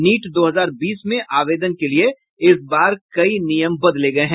NEET दो हजार बीस में आवेदन के लिये इस बार कई नियम बदले गये हैं